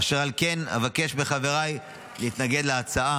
אשר על כן, אבקש מחבריי להתנגד להצעה.